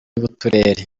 b’uturere